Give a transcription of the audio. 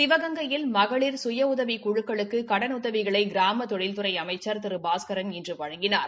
சிவகங்கையில் மகளிர் சுய உதவிக் குழுக்களுக்கு கடனுதவிகளை கிராம தொழில்துறை அமைச்சி திரு பாஸ்கரன் இன்று வழங்கினார்